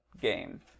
game